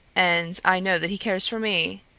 and i know that he cares for me.